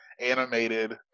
animated